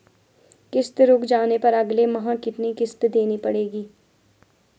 किश्त रुक जाने पर अगले माह कितनी किश्त देनी पड़ेगी?